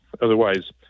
Otherwise